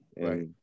right